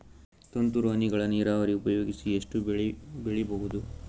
ತುಂತುರು ಹನಿಗಳ ನೀರಾವರಿ ಉಪಯೋಗಿಸಿ ಎಷ್ಟು ಬೆಳಿ ಬೆಳಿಬಹುದು?